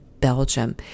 Belgium